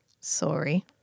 sorry